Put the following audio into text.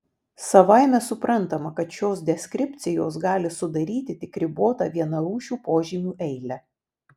savaime suprantama kad šios deskripcijos gali sudaryti tik ribotą vienarūšių požymių eilę